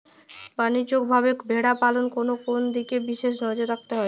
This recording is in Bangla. বাণিজ্যিকভাবে ভেড়া পালনে কোন কোন দিকে বিশেষ নজর রাখতে হয়?